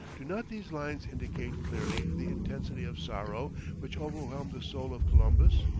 do not these lines indicate clearly the intensity of sorrow which overwhelmed the soul of columbus?